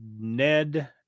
Ned